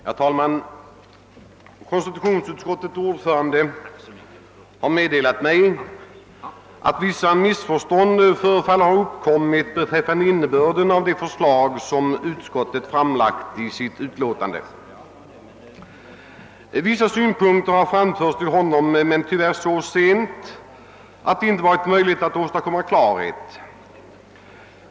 Herr talman! Konstitutionsutskottets ordförande har meddelat mig att vissa missförstånd förefaller ha uppkommit beträffande innebörden av det förslag som utskottet framlagt i sitt utlåtande. Vissa synpunkter har framförts till honom men tyvärr så sent att det inte varit möjligt att åstadkomma klarhet.